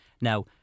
Now